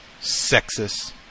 sexist